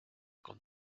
con